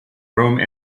rome